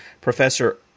Professor